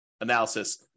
analysis